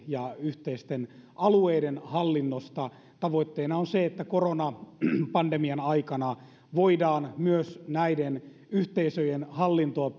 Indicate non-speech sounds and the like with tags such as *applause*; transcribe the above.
ja yhteisten alueiden hallinnosta tavoitteena on se että koronapandemian aikana voidaan myös näiden yhteisöjen hallintoa *unintelligible*